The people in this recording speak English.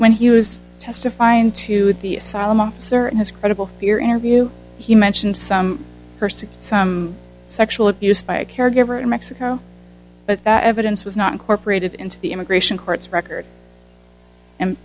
when he was testifying to the asylum officer and his credible fear interview he mentioned some person some sexual abuse by a caregiver in mexico but that evidence was not incorporated into the immigration courts record and